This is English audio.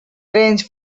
range